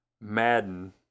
Madden